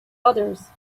others